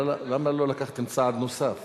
למה לא לקחתם צעד נוסף